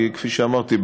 כי כפי שאמרתי,